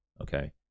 okay